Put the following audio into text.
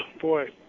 Boy